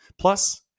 Plus